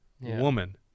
Woman